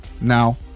Now